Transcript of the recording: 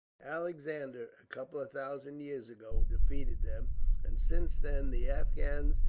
alexander, a couple of thousand years ago, defeated them and since then the afghans,